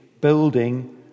building